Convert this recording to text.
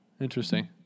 Interesting